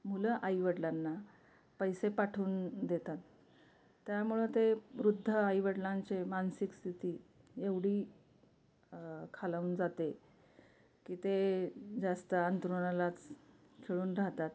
मुलं आईवडिलांना पैसे पाठवून देतात त्यामुळं ते वृद्ध आईवडिलांचे मानसिक स्थिती एवढी खालावून जाते की ते जास्त अंथरुणालाच खिळून राहतात